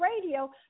radio